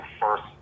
first